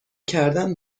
کردن